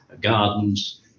gardens